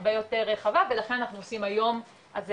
הרבה יותר רחבה ולכן אנחנו עושים היום את היום הזה,